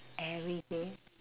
every day